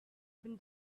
been